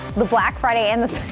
the black friday and this.